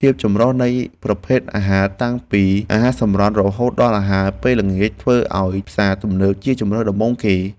ភាពចម្រុះនៃប្រភេទអាហារតាំងពីអាហារសម្រន់រហូតដល់អាហារពេលល្ងាចធ្វើឱ្យផ្សារទំនើបជាជម្រើសដំបូងគេ។